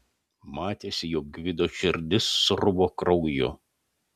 matėsi jog gvido širdis sruvo krauju